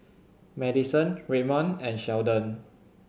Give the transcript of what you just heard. Maddison Redmond and Sheldon